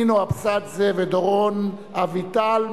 נינו אבסדזה ודורון אביטל,